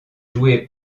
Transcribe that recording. jouée